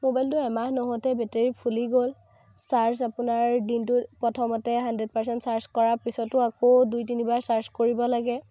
মবাইলটো এমাহ নহওতেই বেটেৰী ফুলি গ'ল চাৰ্জ আপোনাৰ দিনটোত প্ৰথমতে হানড্ৰেড পাৰ্ছেণ্ট চাৰ্জ কৰাৰ পিছতো আকৌ দুই তিনিবাৰ চাৰ্জ কৰিব লাগে